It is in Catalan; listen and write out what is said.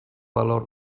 valor